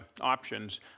options